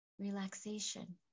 Relaxation